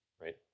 right